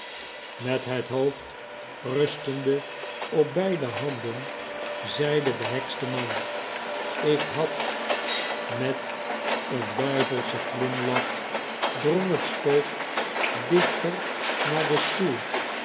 met het hoofd rustemde op beide handen zei de behekste man ik had met een duivelsehen glimlach drong het spook dichter naar den stoel